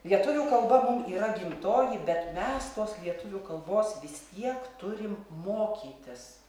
lietuvių kalba mum yra gimtoji bet mes tos lietuvių kalbos vis tiek turim mokytis